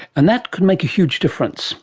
and that could make a huge difference